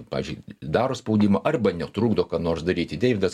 pavyzdžiui daro spaudimą arba netrukdo ką nors daryti deividas